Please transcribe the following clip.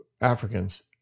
Africans